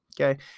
okay